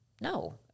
No